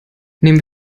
nehmen